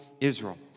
Israel